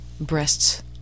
Breasts